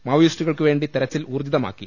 മാവോയിസ്റ്റുകൾക്കുവേണ്ടി തെരച്ചിൽ ഊർജ്ജിതമാ ക്കി